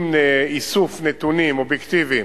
עם איסוף נתונים אובייקטיביים,